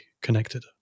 connected